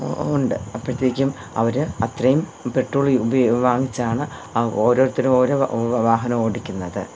ഉണ്ട് അപ്പോഴത്തേക്കും അവർ അത്രയും പെട്രോൾ ഉപ വാങ്ങിച്ചാണ് അ ഓരോരുത്തരും ഓരോ വ വാഹനം ഓടിക്കുന്നത്